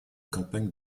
campagnes